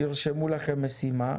תקן 17516